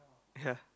ya